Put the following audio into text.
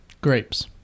Grapes